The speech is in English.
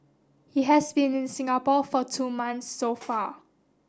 he has been in Singapore for two months so far